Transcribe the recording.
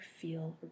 feel